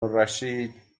الرشید